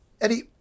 Eddie